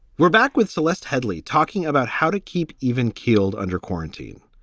we're back with celeste headlee talking about how to keep even keeled under quarantine.